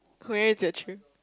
where is your true